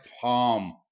palm